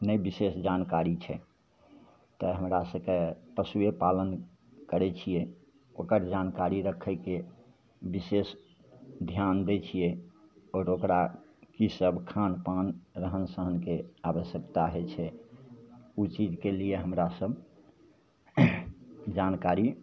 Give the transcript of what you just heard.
नहि विशेष जानकारी छै तऽ हमरा सभकेँ पशुएपालन करै छिए ओकर जानकारी रखै छिए विशेष धिआन दै छिए आओर ओकरा किसब खानपान रहन सहनके आवश्यकता होइ छै ओ चीज केलिए हमरासभ जानकारी